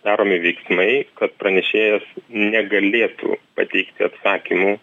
daromi veiksmai kad pranešėjas negalėtų pateikti atsakymų